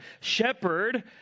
Shepherd